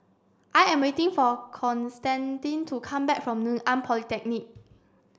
I am waiting for Constantine to come back from Ngee Ann Polytechnic